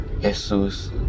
Jesus